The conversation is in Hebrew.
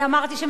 אני אמרתי,